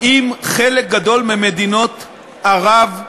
עם חלק גדול ממדינות ערב,